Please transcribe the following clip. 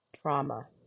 trauma